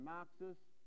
Marxists